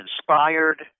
inspired